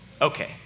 okay